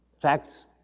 facts